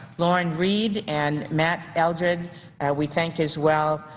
lauren reed and matt eldrid we thank as well.